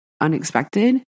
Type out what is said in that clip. unexpected